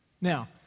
Now